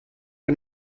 que